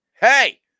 Hey